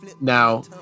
Now